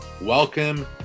welcome